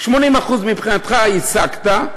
80% מבחינתך השגת,